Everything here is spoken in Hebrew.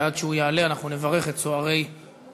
ועד שהוא יעלה אנחנו נברך את צוערי קורס